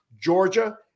Georgia